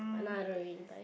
but now I don't really buy